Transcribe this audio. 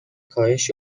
کاهش